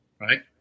right